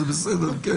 הנהלת בתי המשפט.